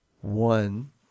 One